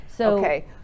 Okay